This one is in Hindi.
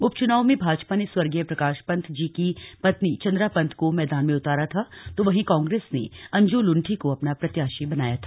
उप चुनाव में भाजपा ने स्वर्गीय प्रकाश पन्त जी की पत्नी चन्द्रा पन्त को मैदान में उतारा था तो वहीं कांग्रेस ने अंजू लुंठी को अपना प्रत्याशी बनाया था